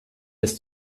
des